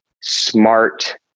smart